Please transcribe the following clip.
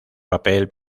papel